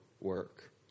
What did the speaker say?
work